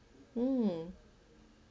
mm